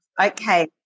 Okay